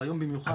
היום במיוחד.